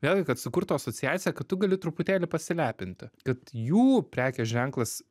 vėlgi kad sukurtų asociaciją kad tu gali truputėlį pasilepinti kad jų prekės ženklas